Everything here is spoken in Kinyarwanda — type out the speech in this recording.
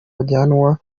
bajyanwa